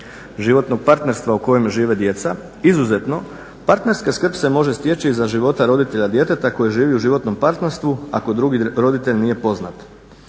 životnog partnerstva u kojem žive djeca izuzetno parterska skrb se može stječi za života roditelja djeteta koji živi u životnom partnerstvu a ako drugi roditelj nije poznat.